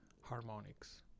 harmonics